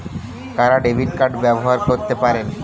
কারা debit card ব্যবহার করতে পারেন?